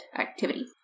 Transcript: activity